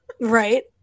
Right